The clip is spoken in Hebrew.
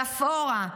יפאורה,